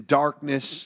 darkness